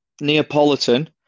Neapolitan